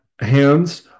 hands